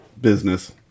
business